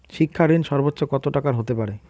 শিক্ষা ঋণ সর্বোচ্চ কত টাকার হতে পারে?